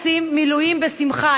אנחנו עושים מילואים בשמחה,